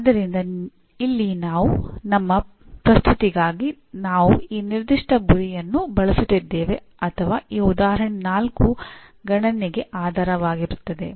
ಆದ್ದರಿಂದ ಇಲ್ಲಿ ನಮ್ಮ ಪ್ರಸ್ತುತಿಗಾಗಿ ನಾವು ಈ ನಿರ್ದಿಷ್ಟ ಗುರಿಯನ್ನು ಬಳಸುತ್ತಿದ್ದೇವೆ ಅಥವಾ ಈ ಉದಾಹರಣೆ 4 ಗಣನೆಗೆ ಆಧಾರವಾಗಿರುತ್ತದೆ